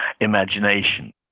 imagination